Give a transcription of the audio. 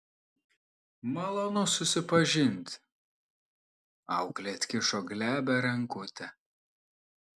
malonu susipažinti auklė atkišo glebią rankutę